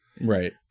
right